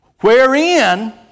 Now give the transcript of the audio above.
Wherein